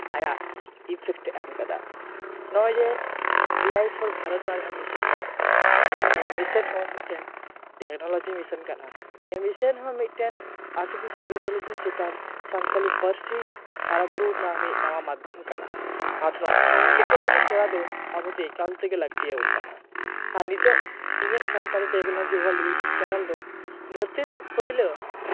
ᱟᱭᱟᱜ ᱤᱯᱷᱮᱠᱴ ᱮ ᱮᱢ ᱟᱠᱟᱫᱟ ᱱᱚᱜᱼᱚᱭ ᱡᱮ ᱮ ᱟᱭ ᱯᱷᱳᱨ ᱵᱷᱟᱨᱚᱛ ᱨᱮᱭᱟᱜ ᱡᱟᱦᱟᱸ ᱢᱤᱥᱚᱱ ᱪᱟᱞᱟᱜ ᱠᱟᱱᱟ ᱱᱚᱣᱟ ᱢᱤᱥᱚᱱ ᱦᱚᱸ ᱢᱤᱫᱴᱮᱱ ᱴᱮᱠᱱᱳᱞᱚᱡᱤ ᱢᱤᱥᱚᱱ ᱠᱟᱱᱟ ᱱᱤᱭᱟᱹ ᱢᱤᱥᱚᱱ ᱦᱚᱸ ᱢᱤᱫᱴᱮᱱ ᱟᱨᱴᱤᱯᱷᱤᱥᱤᱭᱟᱞ ᱤᱱᱴᱤᱞᱤᱡᱤᱭᱟᱱᱥ ᱪᱮᱛᱟᱱᱨᱮ ᱥᱟᱱᱛᱟᱞᱤ ᱯᱟᱹᱨᱥᱤ ᱦᱟᱨᱟ ᱵᱩᱨᱩ ᱨᱮᱱᱟᱜ ᱢᱤᱫ ᱱᱟᱟ ᱢᱟᱫᱽᱫᱷᱚᱢ ᱠᱟᱱᱟ ᱟᱨ ᱛᱷᱚᱨᱚᱝ ᱴᱮᱠᱱᱳᱞᱚᱡᱤ ᱥᱮᱸᱲᱟ ᱫᱚ ᱟᱵᱚ ᱫᱚ ᱮᱠᱟᱞ ᱛᱮᱜᱮ ᱞᱟᱹᱠᱛᱤ ᱟᱵᱚᱱ ᱠᱟᱱᱟ ᱟᱨ ᱱᱤᱛᱚᱜ ᱤᱧᱟᱹᱜ ᱥᱟᱱᱛᱟᱞᱤ ᱴᱮᱠᱱᱳᱞᱚᱡᱤ ᱤᱭᱩᱴᱩᱵᱽ ᱪᱮᱱᱮᱞ ᱫᱚ ᱫᱷᱟᱹᱨᱛᱤ ᱨᱮᱱᱟᱜ ᱯᱩᱭᱞᱟᱹ